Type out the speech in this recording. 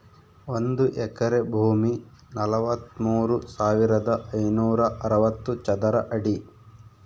ಒಂದು ಎಕರೆ ಭೂಮಿ ನಲವತ್ಮೂರು ಸಾವಿರದ ಐನೂರ ಅರವತ್ತು ಚದರ ಅಡಿ